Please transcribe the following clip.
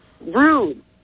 Rude